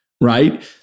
right